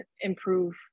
improve